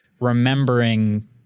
remembering